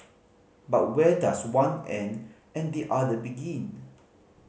but where does one end and the other begin